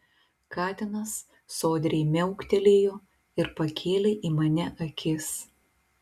katinas sodriai miauktelėjo ir pakėlė į mane akis